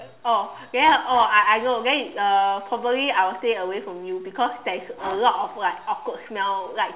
oh then oh I I know uh probably I'll stay away from you because there is a lot of like awkward like smell like